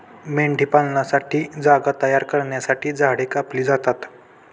मेंढीपालनासाठी जागा तयार करण्यासाठी झाडे कापली जातात